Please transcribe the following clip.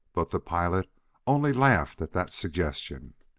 but the pilot only laughed at that suggestion.